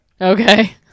Okay